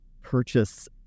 purchase